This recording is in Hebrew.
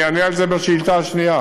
אני אענה על זה בשאילתה השנייה,